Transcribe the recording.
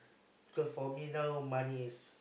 because for me now money is